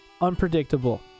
unpredictable